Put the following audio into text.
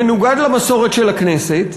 מנוגד למסורת של הכנסת,